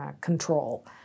control